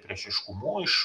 priešiškumu iš